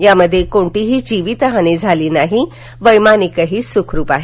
यामध्ये कोणतीही जीवितहानी झाली नाही व्यानिकही सुखरुप आहे